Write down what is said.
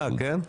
אה, כן?